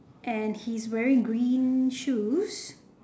and he's wearing green shoes